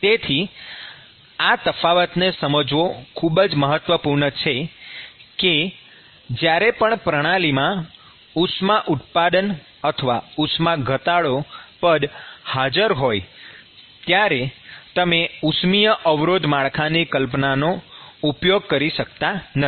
તેથી આ તફાવતને સમજવો ખૂબ જ મહત્વપૂર્ણ છે કે જ્યારે પણ પ્રણાલીમાં ઉષ્મા ઉત્પાદન અથવા ઉષ્મા ઘટાડો પદ હાજર હોય ત્યારે તમે ઉષ્મિય અવરોધ માળખાની કલ્પનાનો ઉપયોગ કરી શકતા નથી